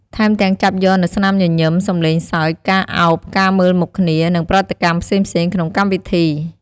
ថែមទាំងចាប់យកនូវស្នាមញញឹម សំឡេងសើច ការឱប ការមើលមុខគ្នា និងប្រតិកម្មផ្សេងៗនៅក្នុងកម្មវិធី។